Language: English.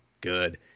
good